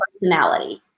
personality